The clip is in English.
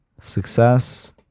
success